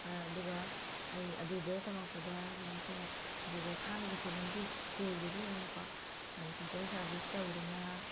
ꯑꯗꯨꯒ ꯑꯩ ꯑꯗꯨꯗ ꯇꯝꯃꯛꯄꯗ ꯀꯔꯤ ꯍꯥꯏꯇꯥꯔꯦ ꯑꯗꯨꯗ ꯊꯥꯡꯖ ꯈꯨꯗꯤꯡꯒꯤ ꯁ꯭ꯀꯨꯜꯗꯨꯒꯤ ꯑꯣꯏꯅꯀꯣ ꯁꯣꯁꯦꯜ ꯁꯔꯚꯤꯁ ꯇꯧꯗꯅ